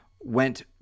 went